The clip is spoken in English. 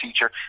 teacher